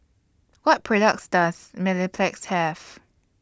What products Does Mepilex Have